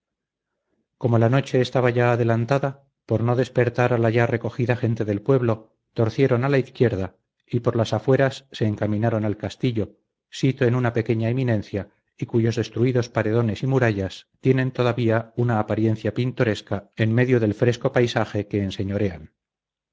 como la noche estaba ya adelantada por no despertar a la ya recogida gente del pueblo torcieron a la izquierda y por las afueras se encaminaron al castillo sito en una pequeña eminencia y cuyos destruidos paredones y murallas tienen todavía una apariencia pintoresca en medio del fresco paisaje que enseñorean